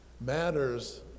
matters